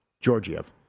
Georgiev